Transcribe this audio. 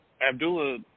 Abdullah